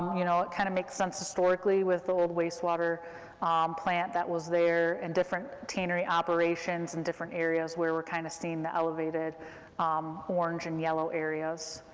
you know, it kind of makes sense historically, with the old wastewater plant that was there, and different tannery operations in different areas where we're kind of seeing the elevated um orange and yellow areas.